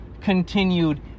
continued